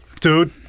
Dude